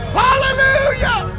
hallelujah